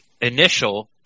initial